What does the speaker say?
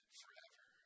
forever